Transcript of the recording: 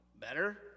better